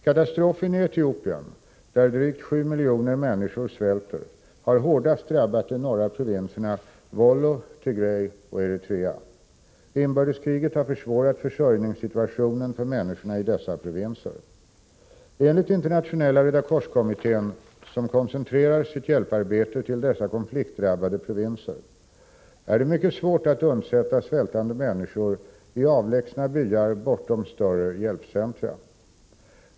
Katastrofen i Etiopien, där drygt 7 miljoner människor svälter, har hårdast drabbat de norra provinserna Wollo, Tigré och Eritrea. Inbördeskriget har försvårat försörjningssituationen för människorna i dessa provinser. Enligt Internationella Röda korskommittén som koncentrerar sitt hjälparbete till dessa konfliktdrabbade provinser är det mycket svårt att undsätta svältande människor i avlägsna byar bortom större hjälpcentra.